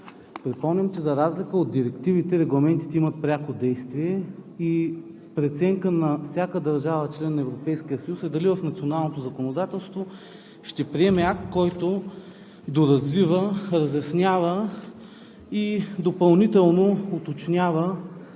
Припомням, че за разлика от директивите, регламентите имат пряко действие и преценка е на всяка държава – член на Европейския съюз, дали в националното законодателство ще приеме акт, който доразвива, разяснява и допълнително уточнява